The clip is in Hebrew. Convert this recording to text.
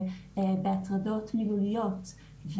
בהטרדות מילוליות,